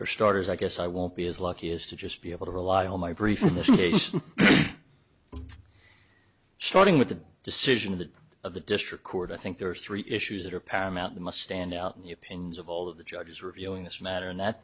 for starters i guess i won't be as lucky as to just be able to rely on my briefs in this case starting with the decision of the of the district court i think there are three issues that are paramount they must stand out in the opinions of all of the judges reviewing this matter and that